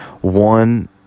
One